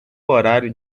horário